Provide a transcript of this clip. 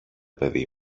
παιδί